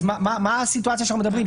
אז מה הסיטואציה שאנחנו מדברים עליה?